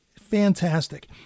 Fantastic